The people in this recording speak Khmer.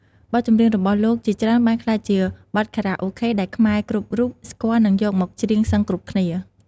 បទចម្រៀងរបស់លោកជាច្រើនបានក្លាយជាបទខារ៉ាអូខេដែលខ្មែរគ្រប់រូបស្គាល់និងយកមកច្រៀងសឹងគ្រប់គ្នា។